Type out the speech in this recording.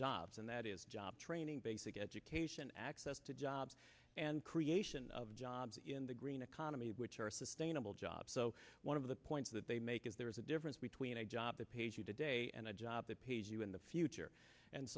jobs and that is job training basic education access to jobs and creation of jobs in the green economy which are sustainable jobs so one of the points that they make is there is a difference between a job that pays you today and a job that pays you in the future and